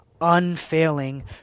unfailing